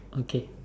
okay